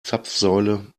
zapfsäule